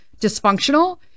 dysfunctional